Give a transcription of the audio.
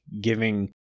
giving